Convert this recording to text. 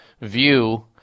view